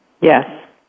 Yes